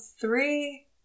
three